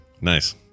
Nice